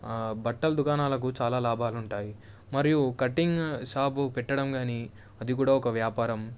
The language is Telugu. బట్టల దుకాణాలకు చాలా లాభాలు ఉంటాయి మరియు కటింగ్ షాప్ పెట్టడం కానీ అది కూడా ఒక వ్యాపారం